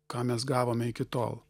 ką mes gavome iki tol